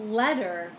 letter